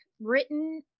written